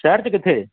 ਸ਼ਹਿਰ 'ਚ ਕਿੱਥੇ